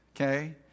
Okay